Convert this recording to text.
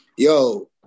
Yo